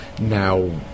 Now